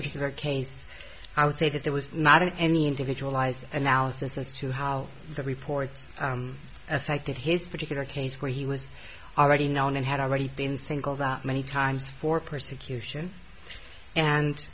particular case i would say that there was not any individualized analysis as to how the reports affected his particular case where he was already known and had already been singled out many times for persecution and